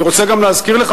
אני רוצה גם להזכיר לך,